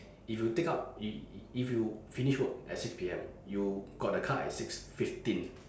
if you take up i~ if you finish work at six P_M if you got the car at six fifteen